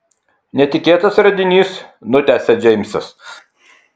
netikėtas radinys nutęsia džeimsas